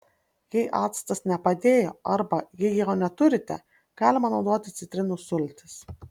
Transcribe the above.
jei actas nepadėjo arba jei jo neturite galima naudoti citrinų sultis